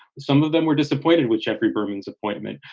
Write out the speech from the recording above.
some of them were disappointed with jeffrey berman's appointment.